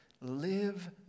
live